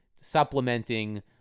Supplementing